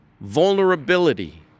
vulnerability